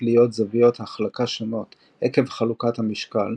להיות זוויות החלקה שונות עקב חלוקת המשקל,